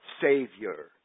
Savior